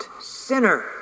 sinner